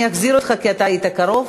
אני אחזיר אותך, כי אתה היית קרוב.